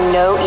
no